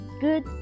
good